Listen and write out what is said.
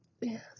Yes